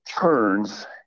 turns